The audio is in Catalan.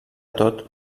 tot